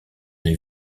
les